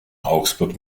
augsburg